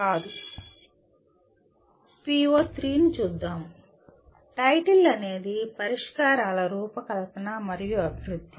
PO3 ని చూద్దాము title అనేది పరిష్కారాల రూపకల్పన మరియు అభివృద్ధి